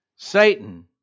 Satan